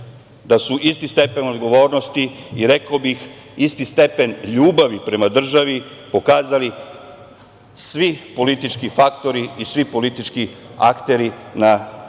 da su isti stepen odgovornosti i rekao bih isti stepen ljubavi prema državi pokazali svi politički faktori i svi politički akteri na